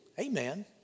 Amen